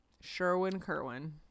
Sherwin-Kerwin